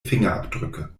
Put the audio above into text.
fingerabdrücke